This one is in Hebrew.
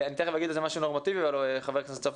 אני תיכף אגיד משהו נורמטיבי אבל ח"כ סופר